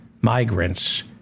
migrants